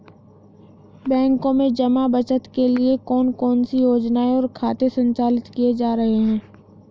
बैंकों में जमा बचत के लिए कौन कौन सी योजनाएं और खाते संचालित किए जा रहे हैं?